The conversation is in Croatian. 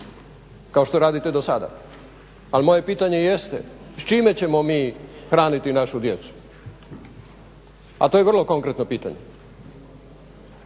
kao što radite do sada. Ali moje pitanje jeste, sa čime ćemo mi hraniti našu djecu? A to je vrlo konkretno pitanje.